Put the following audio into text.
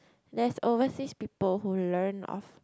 there's overseas people who learn of